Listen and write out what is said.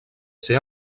ser